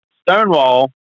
Stonewall